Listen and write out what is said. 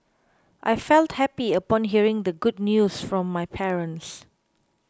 I felt happy upon hearing the good news from my parents